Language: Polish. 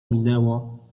minęło